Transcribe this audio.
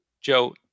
Joe